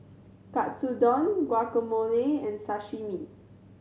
Katsudon Guacamole and Sashimi